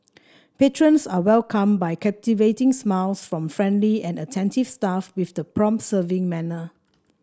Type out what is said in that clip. patrons are welcomed by captivating smiles from friendly and attentive staff with the prompt serving manner